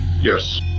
Yes